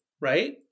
right